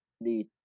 need